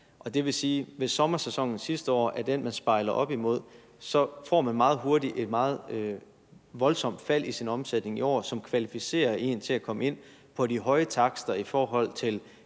det vil sige, at hvis sommersæsonen sidste år er den, man spejler op imod, så får man meget hurtigt et meget voldsomt fald i sin omsætning i år, som kvalificerer en til at komme ind på de høje takster i forhold til